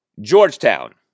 Georgetown